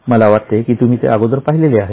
मला वाटते की तुम्ही ते अगोदर पाहिलेले आहे